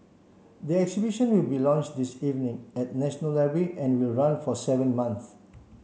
the exhibition will be launched this evening at the National Library and will run for seven months